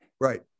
Right